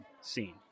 Scene